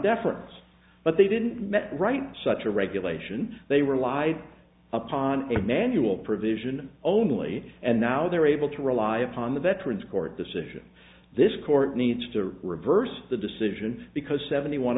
deference but they didn't met write such a regulation they relied upon a manual provision only and now they're able to rely upon the veterans court decision this court needs to reverse the decision because seventy one